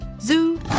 zoo